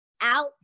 out